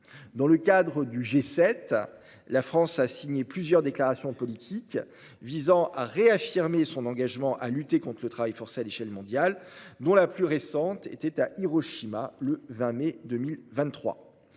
Dans le cadre du G7, la France a signé plusieurs déclarations politiques visant à réaffirmer son engagement à lutter contre le travail forcé à l'échelle mondiale, la plus récente étant celle signée à Hiroshima le 20 mai 2023.